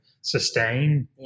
sustain